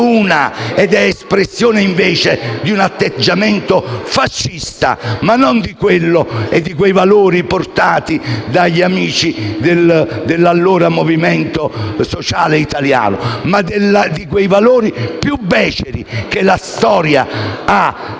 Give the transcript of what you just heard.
di una incapacità e di un atteggiamento fascista, ma non di quei valori portati dagli amici dell'allora Movimento sociale italiano, bensì di quei valori più beceri che la storia ha